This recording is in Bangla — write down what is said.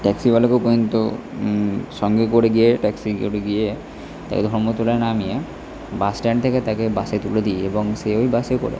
ট্যাক্সিওয়ালাকেও পর্যন্ত সঙ্গে করে গিয়ে ট্যাক্সি করে গিয়ে তাকে ধর্মতলায় নামিয়ে বাস স্ট্যান্ড থেকে তাকে বাসে তুলে দিই এবং সে ওই বাসে করে